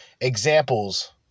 examples